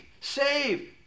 save